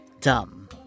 Dumb